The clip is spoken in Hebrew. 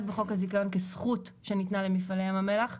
בחוק הזיכיון כזכות שניתנה למפעלי ים המלח.